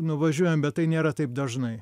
nuvažiuojam bet tai nėra taip dažnai